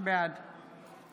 בעד